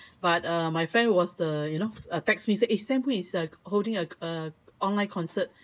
but uh my friend was the you know uh text me and said eh sam Hui is a holding a a online concert